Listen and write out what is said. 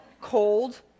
cold